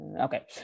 Okay